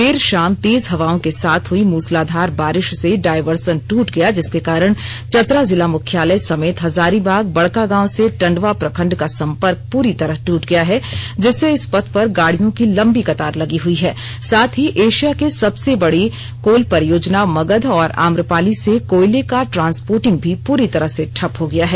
देर शाम तेज हवाओं के साथ हुई मूसलाधार बारिश से डायवर्सन द्वट गया जिसके कारण चतरा जिला मुख्यालय समेत हजारीबाग बड़कागांव से टंडवा प्रखंड का संपर्क पूरी तरह ट्रट गया है जिससे इस पथ पर गाड़ियों की लंबी कतार लगी हुई है साथ ही एशिया के सबसे बड़ी कोल परियोजना मगध और आम्रपाली से कोयले का ट्रांसपोर्टिंग भी पूरी तरह से ठप हो गया है